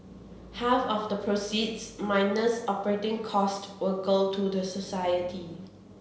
half of the proceeds minus operating cost will go to the society